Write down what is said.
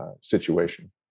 situation